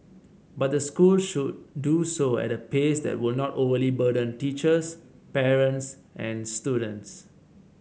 but the school should do so at a pace that would not overly burden teachers parents and students